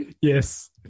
Yes